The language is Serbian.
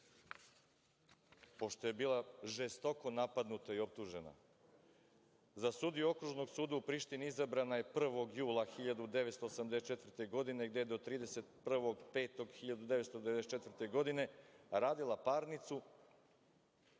pošto je bila žestoko napadnuta i optužena.Za sudiju Okružnog suda u Prištini izabrana je 1. jula 1984. godine, gde je do 31. maja 1994. godine radila parnicu,